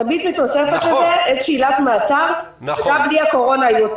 תמיד מיתוספת לזה עילת מעצר, גם בלי הקורונה.